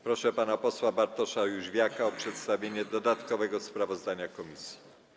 Proszę pana posła Bartosza Józwiaka o przedstawienie dodatkowego sprawozdania komisji.